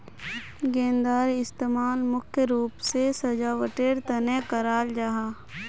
गेंदार इस्तेमाल मुख्य रूप से सजावटेर तने कराल जाहा